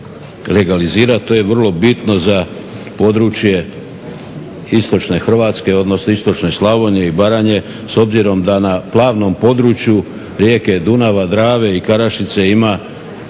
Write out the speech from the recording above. To je vrlo bitno za područje istočne Hrvatske, odnosno istočne Slavonije i Baranje, s obzirom da na plavnom području rijeke Dunava, Drave i Karašice ima